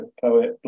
poet